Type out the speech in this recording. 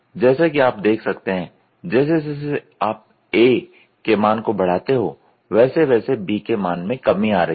जैसा कि आप देख सकते हैं जैसे जैसे आप A के मान को बढ़ाते हो वैसे वैसे B के मान में कमी आ रही है